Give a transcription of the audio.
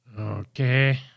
Okay